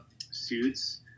suits